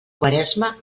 quaresma